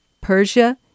Persia